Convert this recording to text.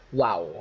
wow